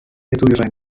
ddwyrain